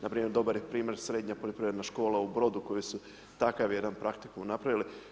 Na primjer dobar je primjer Srednja poljoprivredna škola u Brodu koji su takav jedan praktikum napravili.